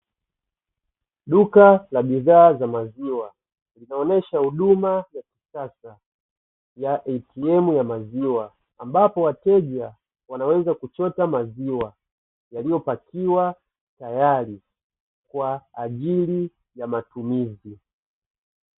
Duka la bidhaa za maziwa linaonyesha huduma ya kisasa ya "ATM" ya maziwa, ambapo wateja wanaweza kuchota maziwa yaliyopakiwa tayari kwa ajili ya matumizi.